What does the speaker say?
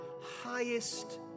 highest